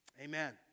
Amen